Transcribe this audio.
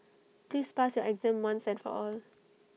please pass your exam once and for all